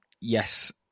yes